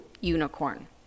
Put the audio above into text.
unicorn